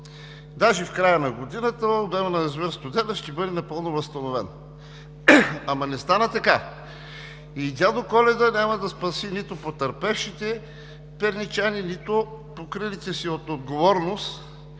даже в края на годината обемът на язовир „Студена“ ще бъде напълно възстановен. Ама не стана така. Дядо Коледа няма да спаси нито потърпевшите перничани, нито покрилите се от отговорност